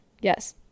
Yes